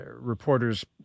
reporters